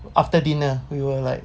after dinner we were like